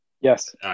Yes